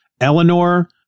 Eleanor